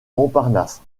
montparnasse